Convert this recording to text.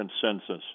consensus